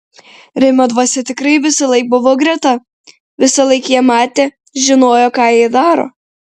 rimo dvasia tikrai visąlaik buvo greta visąlaik ją matė žinojo ką ji daro